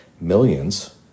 Millions